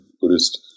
Buddhist